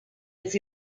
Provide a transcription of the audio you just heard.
its